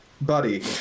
buddy